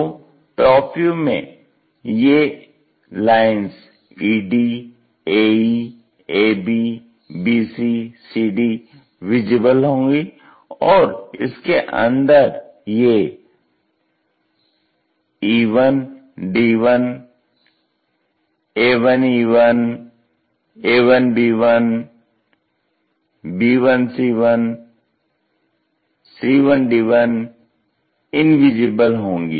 तो top view में ये lines ED AE AB BC CD visible होंगी और इसके अंदर ये E1D1 A1E1 A1B1 B1C1 C1D1 invisible होंगी